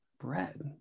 bread